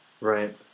Right